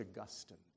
Augustine